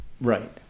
Right